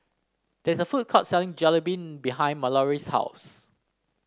there is a food court selling Jalebi behind Mallorie's house